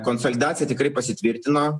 konsolidacija tikrai pasitvirtino